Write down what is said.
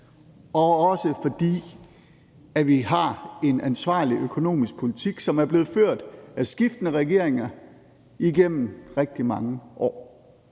og også fordi vi har en ansvarlig økonomisk politik, som er blevet ført af skiftende regeringer igennem rigtig mange år.